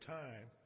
time